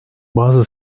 bazı